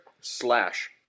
slash